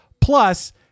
plus